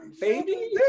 baby